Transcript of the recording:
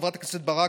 חברת הכנסת ברק,